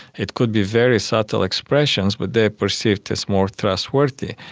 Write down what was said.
it could be very subtle expressions, but they are perceived as more trustworthy.